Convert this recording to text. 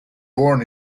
born